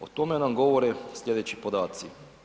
O tome nam govore slijedeći podaci.